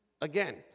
again